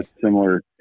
similar